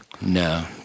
No